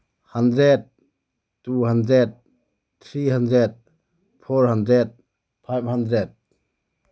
hundred two hundred three hundred four hundred five hundred